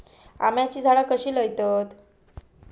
आम्याची झाडा कशी लयतत?